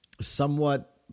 somewhat